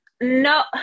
no